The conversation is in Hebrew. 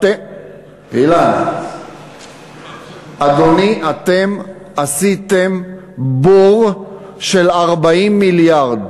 אתם, אילן, אדוני, אתם עשיתם בור של 40 מיליארד.